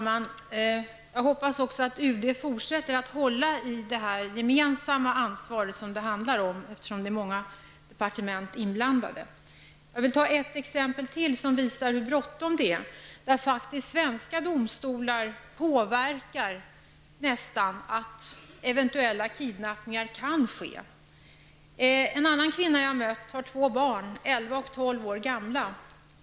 Herr talman! Jag hoppas att UD fortsätter att hålla i det gemensamma ansvar som det handlar om, eftersom det är många departement inblandade. Jag vill ta ytterligare ett exempel som visar hur bråttom det är och där faktiskt svensk domstol nästan har medverkat till att eventuell kidnappning kan ske. En kvinna som jag har mött har två barn, elva och tolv år gamla.